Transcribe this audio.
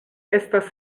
estas